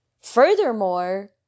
Furthermore